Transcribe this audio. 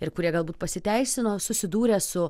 ir kurie galbūt pasiteisino susidūrė su